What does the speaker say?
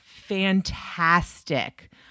fantastic